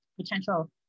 potential